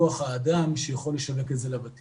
ככה שהוחזרה קרן התמיכה ביותר ממיליון ילדים עניים ברחבי